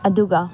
ꯑꯗꯨꯒ